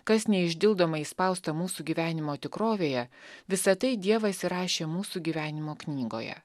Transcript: kas neišdildomai įspausta mūsų gyvenimo tikrovėje visa tai dievas įrašė mūsų gyvenimo knygoje